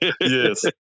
Yes